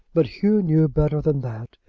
but hugh knew better than that,